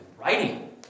writing